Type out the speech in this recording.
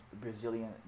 Brazilian